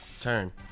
Turn